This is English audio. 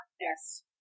Yes